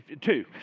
two